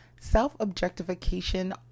self-objectification